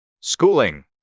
schooling